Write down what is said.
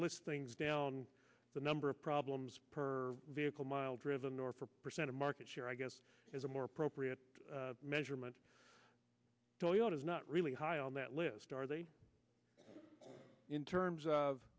list things down the number of problems per vehicle mile driven or four percent of market share i guess is a more appropriate measurement toyota is not really high on that list are they in terms of